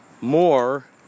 More